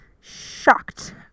shocked